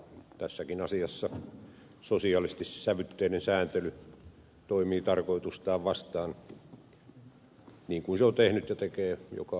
tässäkin asiassa sosialistissävytteinen sääntely toimii tarkoitustaan vastaan niin kuin se on tehnyt ja tekee joka asiassa